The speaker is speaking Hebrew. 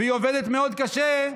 והיא עובדת מאוד קשה,